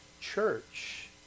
church